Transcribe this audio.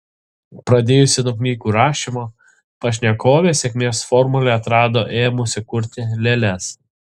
pradėjusi nuo knygų rašymo pašnekovė sėkmės formulę atrado ėmusi kurti lėles